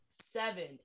seven